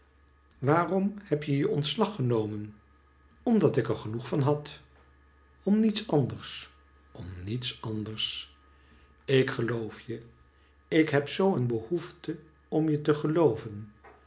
waarom heb je je ontslag genomen omdat ik er genoeg van had om niets anders om niets anders ik geloof je ik heb zoo een behoefte om je te geiooven